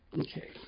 okay